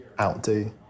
outdo